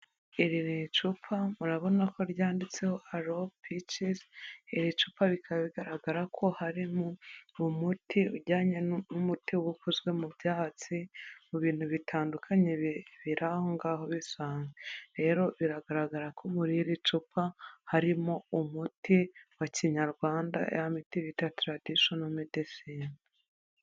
Iri icupa murabona ko ryanditseho aro pice, iri cupa bikaba bigaragara ko harimo umuti ujyanye n'umutego ukozwe mu byahatsi, mu bintu bitandukanye biri angaho, rero biragaragara ko muri iri cupa harimo umuti wa kinyarwanda ya miti bita taradishono medesine.